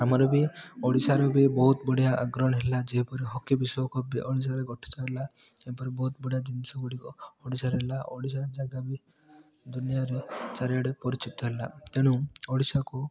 ଆମର ବି ଓଡ଼ିଶାର ବି ବହୁତ ବଢ଼ିଆ ଅଗ୍ରଣୀ ହେଲା ଯେପରି ହକି ବିଶ୍ୱକପ ବି ଓଡ଼ିଶାରେ ଗଠିତ ହେଲା ଏପରି ବହୁତ ଗୁଡ଼ାଏ ଜିନିଷ ଗୁଡ଼ିକ ଓଡ଼ିଶାରେ ହେଲା ଓଡ଼ିଶା ଜାଗା ବି ଦୁନିଆରେ ଚାରିଆଡ଼େ ପରିଚିତ ହେଲା ତେଣୁ ଓଡ଼ିଶାକୁ